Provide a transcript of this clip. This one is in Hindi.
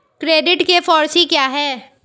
क्रेडिट के फॉर सी क्या हैं?